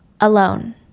alone